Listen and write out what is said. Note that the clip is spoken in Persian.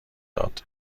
داد